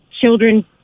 children